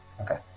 Okay